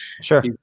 Sure